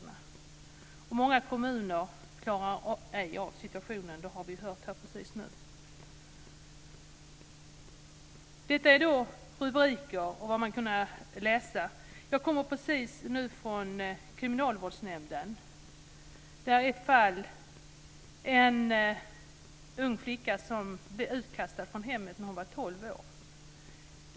Vi har nyss hört att många kommuner ej klarar situationen. Detta gällde rubriker och annat som vi kunnat läsa. Jag kommer nu direkt från Kriminalvårdsnämnden. Ett fall som redovisades gällde en flicka som blev utkastad från hemmet när hon var tolv år.